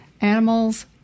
animals